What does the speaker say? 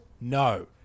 No